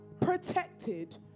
protected